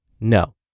no